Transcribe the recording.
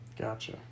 gotcha